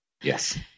Yes